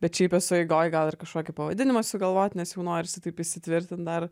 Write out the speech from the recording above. bet šiaip esu eigoj gal ir kažkokį pavadinimą susigalvoti nes jau norisi taip įsitvirtinti dar